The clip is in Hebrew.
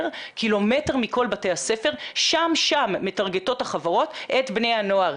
קילומטר מכל בתי הספר שם שם מטרגטות החברות את בני הנוער,